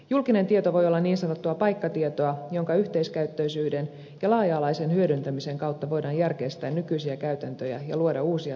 julkinen tieto voi olla niin sanottua paikkatietoa jonka yhteiskäyttöisyyden ja laaja alaisen hyödyntämisen kautta voidaan järkeistää nykyisiä käytäntöjä ja luoda uusia toimintamalleja